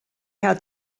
had